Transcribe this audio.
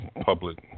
public